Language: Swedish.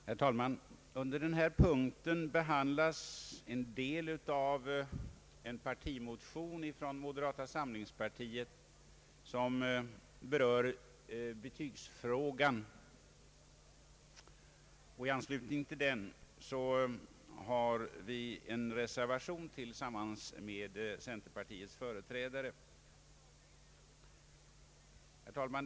Herr talman! Under denna punkt behandlas en del av en partimotion från moderata samlingspartiet som berör betygsfrågan. I anslutning därtill har vi tillsammans med centerpartiets företrädare i utskottet fogat en reservation till utlåtandet. Herr talman!